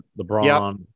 LeBron